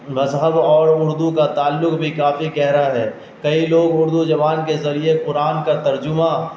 مذہب اور اردو کا تعلق بھی کافی گہرا ہے کئی لوگ اردو زبان کے ذریعے قرآن کا ترجمہ